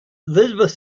elizabeth